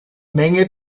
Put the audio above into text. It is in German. menge